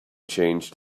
changed